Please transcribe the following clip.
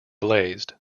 blazed